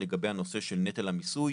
(Double Dividend) לגבי הנושא של נטל המיסוי,